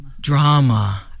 drama